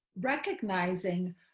recognizing